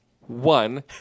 One